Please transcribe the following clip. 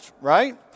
right